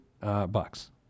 bucks